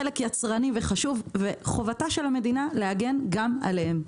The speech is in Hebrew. חלק יצרני וחשוב וחובת המדינה להגן גם עליהם.